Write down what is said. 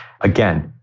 Again